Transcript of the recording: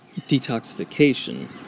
detoxification